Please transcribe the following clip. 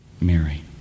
Mary